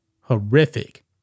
horrific